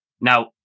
Now